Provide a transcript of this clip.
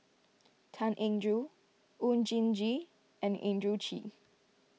Tan Eng Joo Oon Jin Gee and Andrew Chew